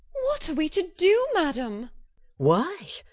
what are we to do, madam why,